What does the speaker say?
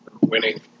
winning